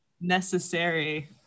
necessary